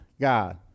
god